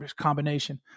combination